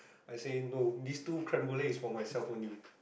I say no these two Creme-Brule is for myself only